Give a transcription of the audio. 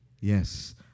Yes